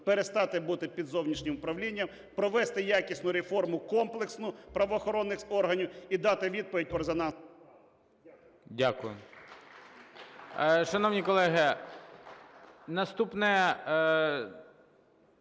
перестати бути під зовнішнім правлінням, провести якісну реформу комплексну правоохоронних органів і дати відповідь по резонансних… ГОЛОВУЮЧИЙ. Дякую. Шановні колеги, наступне